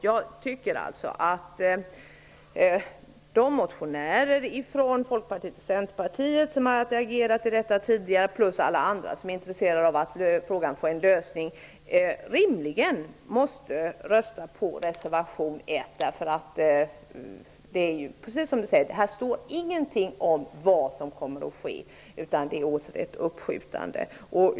De motionärer från Folkpartiet och Centerpartiet som agerat i detta ärende tidigare och alla andra som är intresserade av att problemet får en lösning måste därför rimligen rösta på reservation 1. Det är ju precis som Bengt Harding Olson säger: Det står ingenting i betänkandet om vad som kommer att ske, utan det handlar åter om ett uppskjutande.